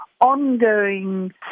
ongoing